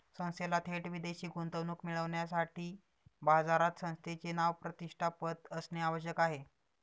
संस्थेला थेट विदेशी गुंतवणूक मिळविण्यासाठी बाजारात संस्थेचे नाव, प्रतिष्ठा, पत असणे आवश्यक आहे